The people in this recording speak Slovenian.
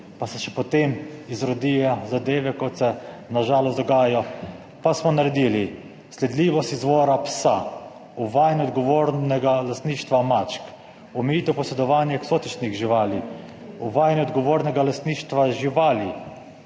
pa se še potem izrodijo zadeve, kot se na žalost dogajajo, pa smo naredili sledljivost izvora psa, uvajanje odgovornega lastništva mačk, omejitev posedovanja eksotičnih živali, uvajanje odgovornega lastništva živali,